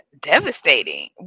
devastating